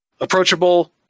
approachable